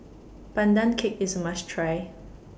Pandan Cake IS A must Try